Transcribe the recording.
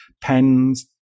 pens